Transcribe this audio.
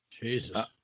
Jesus